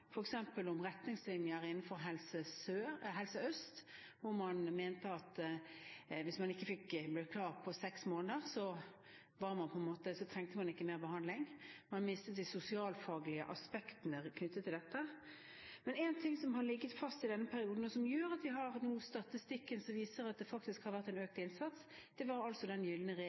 f.eks. om retningslinjer innenfor Helse Øst, hvor man mente at hvis man ikke ble klar på seks måneder, trengte man ikke mer behandling – man mistet de sosialfaglige aspektene knyttet til dette. Men én ting som har ligget fast i denne perioden, og som gjør at vi nå har statistikk som viser at det faktisk har vært en økt innsats, var altså den gylne